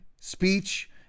speech